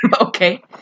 okay